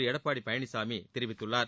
எடப்பாடி பழனிசாமி தெரிவித்துள்ளார்